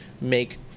make